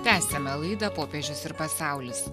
tęsiame laidą popiežius ir pasaulis